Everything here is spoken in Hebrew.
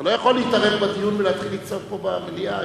אתה לא יכול להתערב בדיון ולהתחיל לצעוק פה במליאה,